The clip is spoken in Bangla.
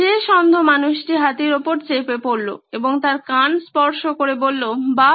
শেষ অন্ধ মানুষটি হাতির উপরে চেপে পড়ল এবং তার কান স্পর্শ করে বলল বাহ